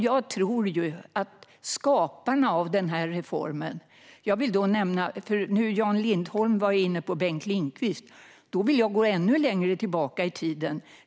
Jag vill nämna skaparna av den här reformen. Jan Lindholm var inne på Bengt Lindqvist. Jag vill gå ännu längre tillbaka i tiden.